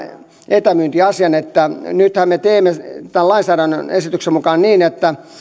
etämyyntiasian että nythän me teemme tämän lainsäädännön esityksen mukaan niin että